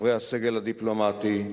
חברי הסגל הדיפלומטי,